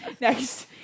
Next